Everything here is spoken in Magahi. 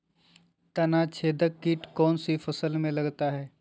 तनाछेदक किट कौन सी फसल में लगता है?